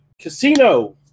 casino